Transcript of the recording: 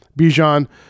Bijan